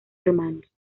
hermanos